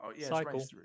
Cycle